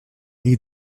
eat